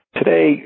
Today